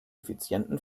effizienten